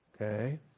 Okay